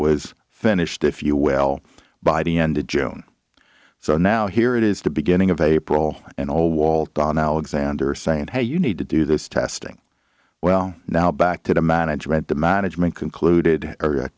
was finished if you well by the end of june so now here it is the beginning of april and all walt on alexander saying hey you need to do this testing well now back to the management the management concluded